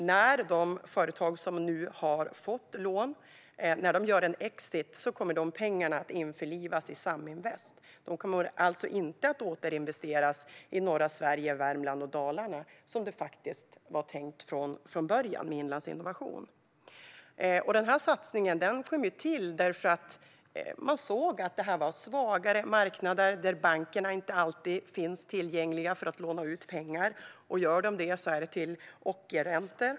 När de företag som fått lån gör en exit kommer de pengarna att införlivas i Saminvest. De kommer alltså inte att återinvesteras i norra Sverige, Värmland och Dalarna, som det var tänkt från början med Inlandsinnovation. Denna satsning kom till för att man såg att detta var svagare marknader där bankerna inte alltid finns tillgängliga för att låna ut pengar, och gör de det är det till ockerräntor.